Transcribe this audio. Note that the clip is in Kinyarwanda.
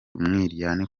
umwiryane